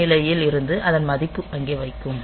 இந்த நிலையில் இருந்து அதன் மதிப்பை அங்கு வைக்கும்